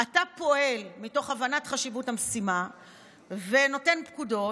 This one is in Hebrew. אתה פועל מתוך הבנת חשיבות המשימה ונותן פקודות,